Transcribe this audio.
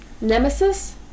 Nemesis